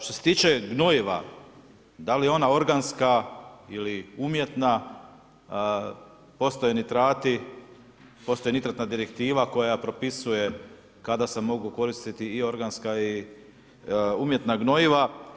Što se tiče gnojiva, da li je ona organska ili umjetna postoje nitrati, postoje nitretna direktiva, koja propisuje, kada se mogu koristiti i organska i umjetna gnojiva.